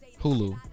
Hulu